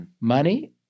Money